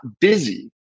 busy